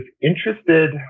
interested